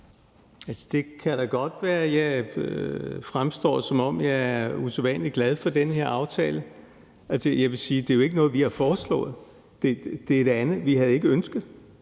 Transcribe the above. Det kan da godt være, at jeg fremstår, som om jeg er usædvanlig glad for den her aftale. Altså, jeg vil sige, at det jo ikke er noget, vi har foreslået. Vi havde ikke ønsket,